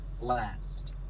last